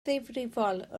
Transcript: ddifrifol